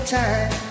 time